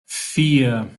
vier